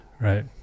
Right